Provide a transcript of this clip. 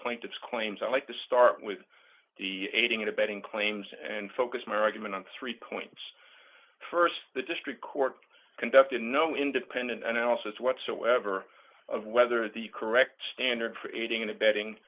plaintiff claims i'd like to start with the aiding and abetting claims and focus my argument on three points st the district court conducted no independent analysis whatsoever of whether the correct standard for aiding and abetting